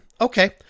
Okay